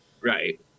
Right